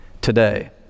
Today